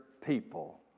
people